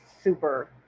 super